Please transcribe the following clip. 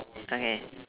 okay